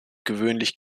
gewöhnlich